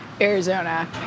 Arizona